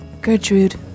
Gertrude